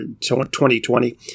2020